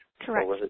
Correct